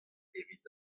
evit